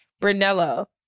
Brunello